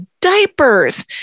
diapers